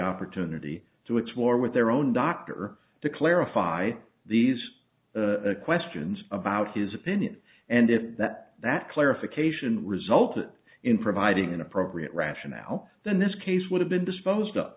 opportunity to explore with their own doctor to clarify these questions about his opinion and if that that clarification resulted in providing an appropriate rationale then this case would have been disposed